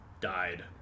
died